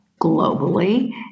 globally